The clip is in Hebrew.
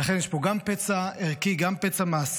ולכן יש פה גם פצע ערכי, גם פצע מעשי.